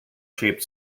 shaped